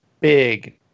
big